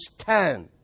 stand